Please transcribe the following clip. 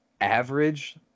average